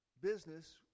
business